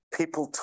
people